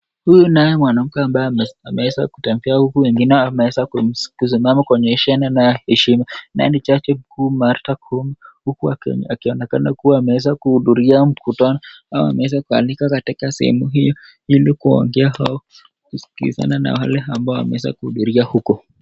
Huyu naye mwanamke ambaye ameweza kutamfia huku wengine wameweza kusimama kwenye heshima na heshima. Nani chache kuu Martha Kumu huku akionekana kuwa ameweza kuhudhuria mkutano au ameweza kuandika katika sehemu hiyo ili kuongea hao kusikizana na wale ambao wameweza kuhudhuria huko.